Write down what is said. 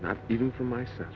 not even for myself